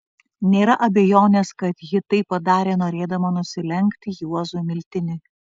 nėra abejonės kad ji tai padarė norėdama nusilenkti juozui miltiniui